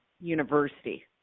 university